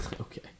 Okay